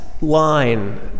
line